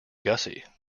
gussie